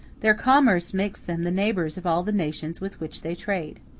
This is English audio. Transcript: their commerce makes them the neighbors of all the nations with which they trade.